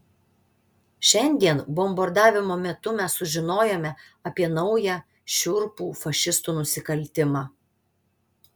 šiandien bombardavimo metu mes sužinojome apie naują šiurpų fašistų nusikaltimą